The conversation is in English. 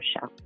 Show